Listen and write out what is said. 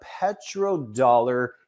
petrodollar